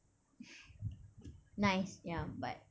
nice ya but